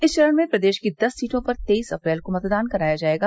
इस चरण में प्रदेश की दस सीटों पर तेईस अप्रैल को मतदान कराया जायेगा